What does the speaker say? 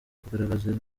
kugaragaza